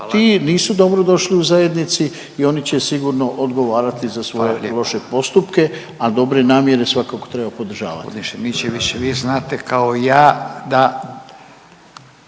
Ti nisu dobro došli u zajednici i oni će sigurno odgovarati za svoje loše postupke, a dobre namjere svakako treba podržavati.